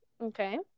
Okay